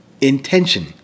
intention